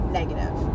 negative